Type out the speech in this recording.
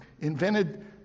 invented